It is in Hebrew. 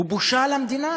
הוא בושה למדינה.